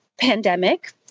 pandemic